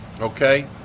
Okay